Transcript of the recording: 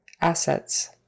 Assets